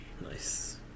Nice